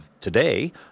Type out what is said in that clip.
today